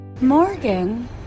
Morgan